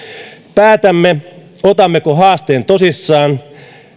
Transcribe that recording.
päätämme otammeko haasteen tosissaan